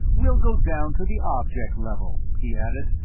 we'll go down to the object level, he added,